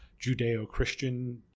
Judeo-Christian